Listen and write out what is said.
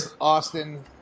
austin